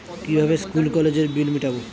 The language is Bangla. কিভাবে স্কুল কলেজের বিল মিটাব?